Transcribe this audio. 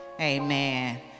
Amen